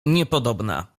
niepodobna